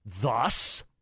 Thus